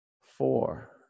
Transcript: four